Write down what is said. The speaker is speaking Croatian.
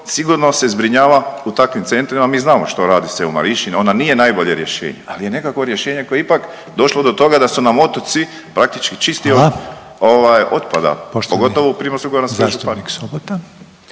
sigurno se zbrinjava u takvim centrima, mi znamo što radi se u Marinšćini ona nije najbolje rješenje, ali je nekakvo rješenje koje je ipak došlo do toga da su nam otoci praktički čisti od …/Upadica: Hvala./… ovaj otpada.